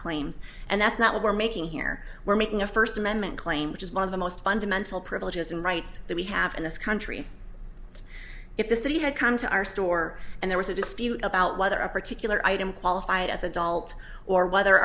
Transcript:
claims and that's not what we're making here we're making a first amendment claim which is one of the most fundamental privileges and rights that we have in this country if the city had come to our store and there was a dispute about whether a particular item qualify as adult or whether